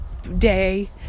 Day